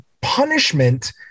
punishment